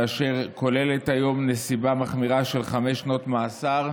אשר כוללת היום נסיבה מחמירה של חמש שנות מאסר,